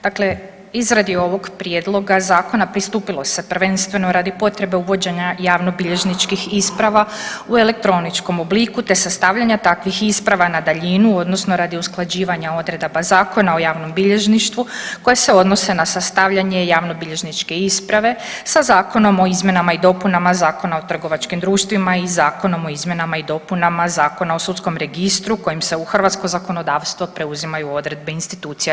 Dakle, izradi ovog prijedloga zakona pristupilo se prvenstveno radi potrebe uvođenja javnobilježničkih isprava u elektroničkom obliku, te sastavljanja takvih isprava na daljinu odnosno radi usklađivanja odredaba Zakona o javnom bilježništvu koje se odnose na sastavljanje javnobilježničke isprave sa Zakonom o izmjenama i dopunama Zakona o trgovačkim društvima i Zakonom o izmjenama i dopunama Zakona o sudskom registru kojim se u hrvatsko zakonodavstvo preuzimaju odredbe institucija EU.